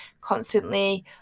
constantly